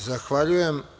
Zahvaljujem.